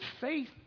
faith